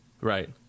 Right